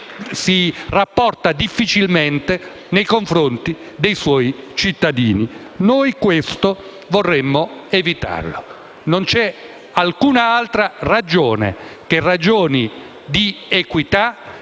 si rapporta difficilmente nei confronti dei suoi cittadini. Noi questo vorremmo evitarlo. Non c'è alcun altro motivo, se non ragioni di equità,